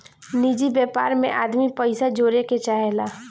निजि व्यापार मे आदमी पइसा जोड़े के चाहेला